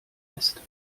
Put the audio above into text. lässt